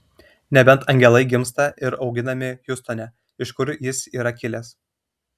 nebent angelai gimsta ir auginami hjustone iš kur jis yra kilęs